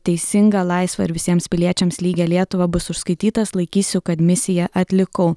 teisingą laisvą ir visiems piliečiams lygią lietuvą bus užskaitytas laikysiu kad misiją atlikau